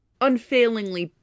unfailingly